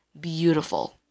beautiful